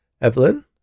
Evelyn